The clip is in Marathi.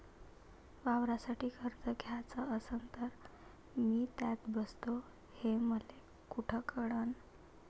वावरासाठी कर्ज घ्याचं असन तर मी त्यात बसतो हे मले कुठ कळन?